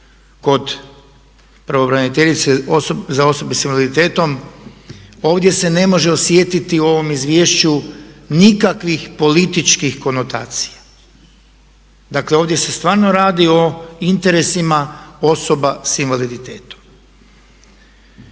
kod pravobraniteljice sa osobe s invaliditetom ovdje se ne može osjetiti u ovom izvješću nikakvih političkih konotacija. Dakle ovdje se stvarno radi o interesima osoba s invaliditetom.